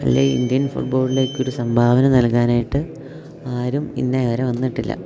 അല്ലേ ഇന്ത്യൻ ഫുട്ബോളിലേക്കൊരു സംഭാവന നൽകാനായിട്ട് ആരും ഇന്നേ വരെ വന്നിട്ടില്ല